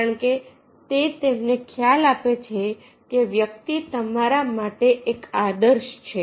કારણ કે તે તેમને ખ્યાલ આપે છે કે વ્યક્તિ તમારા માટે એક આદર્શ છે